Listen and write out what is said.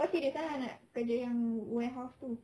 kau serious sangat nak kerja yang warehouse tu